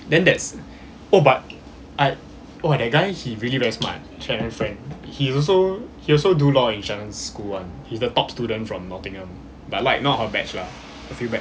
then that's oh but I !wah! that guy he really very smart shannon's friend he also he also do law in shannon's school [one] he's the top student from nottingham but like not her batch lah a few batch